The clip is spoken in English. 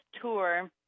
tour